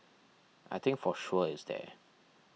I think for sure it's there